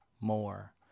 more